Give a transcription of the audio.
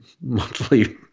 monthly